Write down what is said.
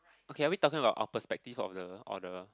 okay are we talking our perspective of the of the